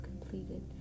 completed